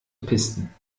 pisten